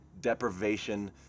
deprivation